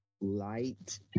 light